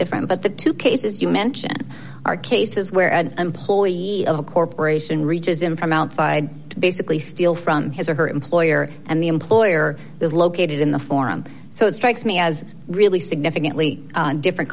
different but the two cases you mention are cases where an employee of a corporation reaches in from outside to basically steal from his or her employer and the employer is located in the forum so it strikes me as really significantly different